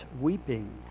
weeping